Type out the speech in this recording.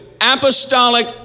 apostolic